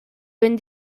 ben